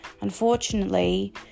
unfortunately